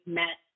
met